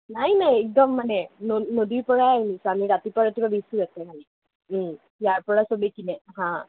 নাই নাই একদম মানে নদীৰপৰাই আনিছোঁ আমি ৰাতিপুৱা ৰাতিপুৱা বেচি আছো হয় ইয়াৰপৰা চবেই কিনে হাঁ